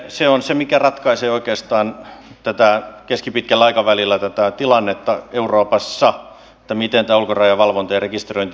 se on se mikä ratkaisee oikeastaan keskipitkällä aikavälillä tätä tilannetta euroopassa miten ulkorajavalvonta ja rekisteröinti onnistuu